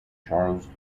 charles